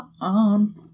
On